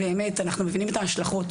אנחנו מבינים את ההשלכות.